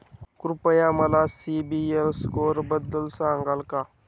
कृपया मला सीबील स्कोअरबद्दल सांगाल का?